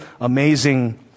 amazing